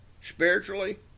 spiritually